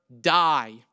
die